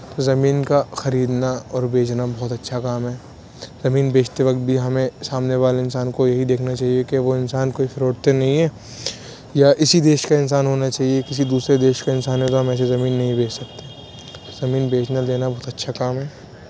زمین کا خریدنا اور بیچنا بہت اچھا کام ہے زمین بیچتے وقت بھی ہمیں سامنے والے انسان کو یہی دیکھنا چاہیے کہ وہ انسان کوئی فراڈ تو نہیں ہے یا اسی دیش کا انسان ہونا چاہیے کسی دوسرے دیش کا انسان ہے تو ہمیں ایسے زمین نہیں بیچ سکتے زمین بیچنا لینا بہت اچھا کام ہے